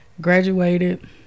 graduated